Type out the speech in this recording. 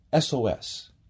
SOS